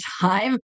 time